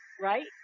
right